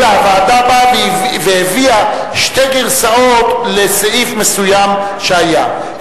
אלא הוועדה באה והביאה שתי גרסאות לסעיף מסוים שהיה,